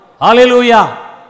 Hallelujah